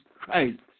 Christ